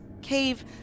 Cave